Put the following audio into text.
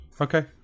Okay